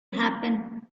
happen